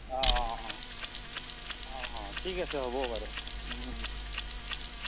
অ' অ' অ' ঠিক আছে হ'ব বাৰু